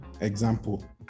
example